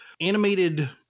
animated